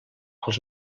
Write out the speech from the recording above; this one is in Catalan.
els